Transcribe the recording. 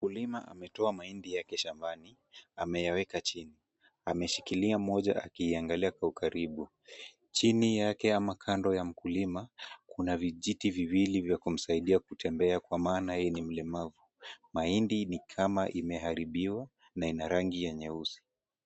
Mkulima ametoa mahindi yake shambani. Ameyaweka chini. Ameshikilia moja akiiangalia kwa ukaribu. Chini yake ama kando ya mkulima, kuna vijiti viwili vya kumsaidia kutembea kwa maana yeye ni mlemavu. Mahindi ni kama imeharibiwa na ina rangi ya nyeusi.